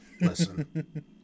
listen